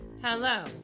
Hello